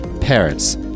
parents